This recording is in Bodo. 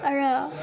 आरो